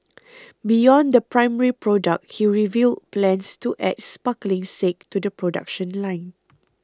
beyond the primary product he revealed plans to add sparkling sake to the production line